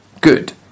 good